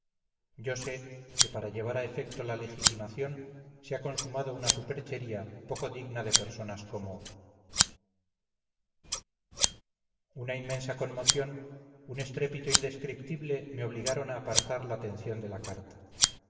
yo sé que para llevar a efecto la legitimación se ha consumado una superchería poco digna de personas como una inmensa conmoción un estrépito indescriptible me obligaron a apartar la atención de la carta